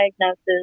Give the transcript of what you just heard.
diagnosis